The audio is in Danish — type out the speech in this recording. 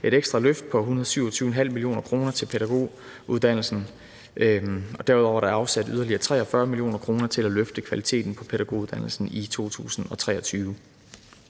et ekstra løft på 127,5 mio. kr. til pædagoguddannelsen. Derudover er der afsat yderligere 43 mio. kr. til at løfte kvaliteten på pædagoguddannelsen i 2023.